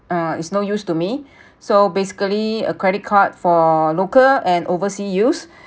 uh it's no use to me so basically a credit card for local and overseas use